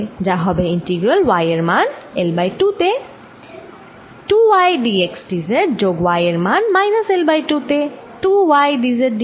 যা হবে integral y এর মান L বাই 2 তে 2 y d x d z যোগ y এর মান মাইনাস L বাই 2 তে2 y d x d z